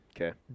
Okay